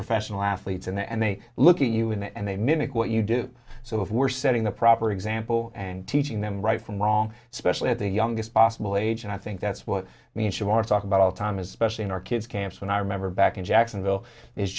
professional athletes in there and they look at you in it and they mimic what you do so if we're setting the proper example and teaching them right from wrong especially at the youngest possible age and i think that's what it means you are talking about all time especially in our kids camps when i remember back in jacksonville is